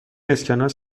اسکناس